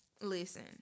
Listen